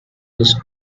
his